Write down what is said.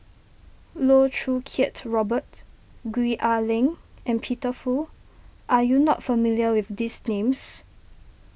Loh Choo Kiat Robert Gwee Ah Leng and Peter Fu are you not familiar with these names